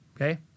okay